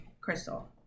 Crystal